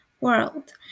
world